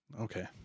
Okay